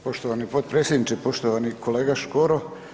Poštovani potpredsjedniče, poštovani kolega Škoro.